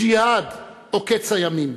ג'יהאד או קץ הימים.